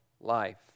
life